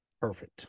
perfect